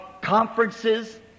conferences